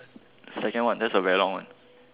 second what that's a very long one